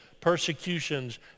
persecutions